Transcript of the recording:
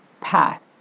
path